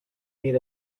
meet